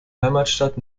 heimatstadt